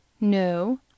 No